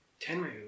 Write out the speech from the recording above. Tenryu